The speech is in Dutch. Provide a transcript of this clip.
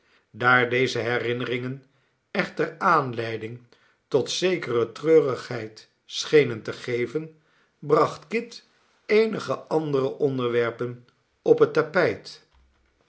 daar deze herinneringen echter aanleiding tot zekere treurigheid schenen te geven bracht kit eenige andere onderwerpen op het tapijt